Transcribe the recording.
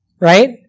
right